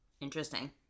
interesting